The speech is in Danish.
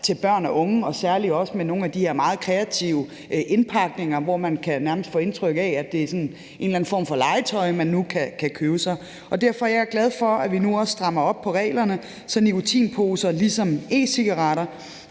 til børn og unge og særlig også med nogle af de her meget kreative indpakninger, hvor man nærmest kan få indtryk af, at det er en eller anden form for legetøj, man nu kan købe sig. Og derfor er jeg glad for, at vi nu også strammer op på reglerne, så nikotinposer ligesom e-cigaretter